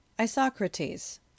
Isocrates